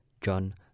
John